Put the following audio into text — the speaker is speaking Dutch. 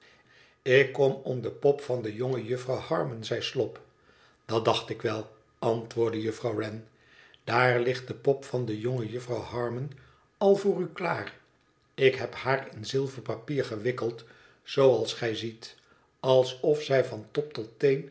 tik kom om de pop van de jonge jufirouw harmon zei slop dat dacht ik wel antwoordde juffrouw wren daar ligt de pop van de jonge juffrouw harmon al voor u klaar ik heb haar in zilverpapier gewikkeld zooals gij ziet alsof zij van top tot